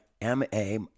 M-A